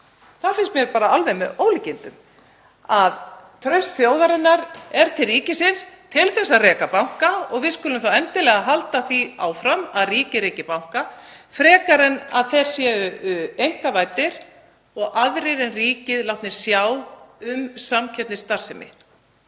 Mér finnst alveg með ólíkindum að traust þjóðarinnar sé til ríkisins til að reka banka, og við skulum þá endilega halda því áfram að ríkið reki banka frekar en að þeir séu einkavæddir og aðrir en ríkið látnir sjá um samkeppnisstarfsemi.